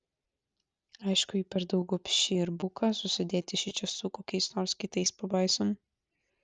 aišku ji per daug gobši ir buka susidėti šičia su kokiais nors kitais pabaisom